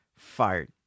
Fired